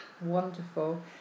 Wonderful